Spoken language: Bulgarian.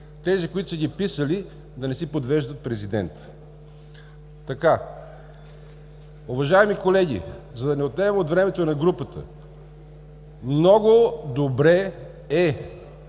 Тези, които са ги писали, да не си подвеждат президента! Уважаеми колеги, за да не отнемам от времето на Групата, много добре е